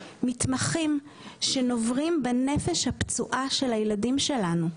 מתמחים שנוברים בנפש הפצועה של הילדים שלנו.